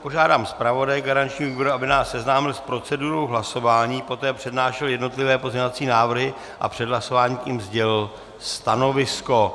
Požádám zpravodaje garančního výboru, aby nás seznámil s procedurou hlasování, poté přednášel jednotlivé pozměňovací návrhy a před hlasováním k nim sdělil stanovisko.